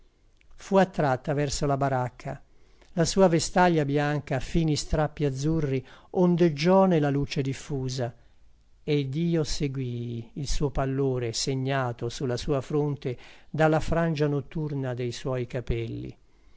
fu attratta verso la baracca la sua vestaglia bianca a fini strappi azzurri ondeggiò nella luce diffusa ed io seguii il suo pallore segnato sulla sua fronte dalla frangia notturna dei suoi capelli